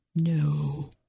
No